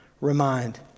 Remind